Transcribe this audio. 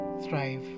thrive